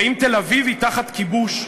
האם תל-אביב היא תחת כיבוש?